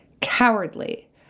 cowardly